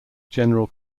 general